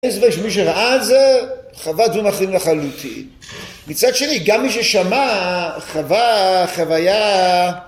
אין לי ספק שמי שראה את זה חווה דברים אחרים לחלוטין. מצד שני, גם מי ששמע חווה חוויה